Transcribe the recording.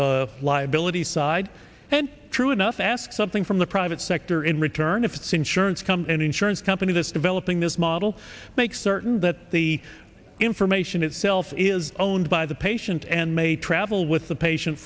the liability side and true enough ask something from the private sector in return if it's insurance come an insurance company that's developing this model make certain that the information itself is owned by the patient and may travel with the patient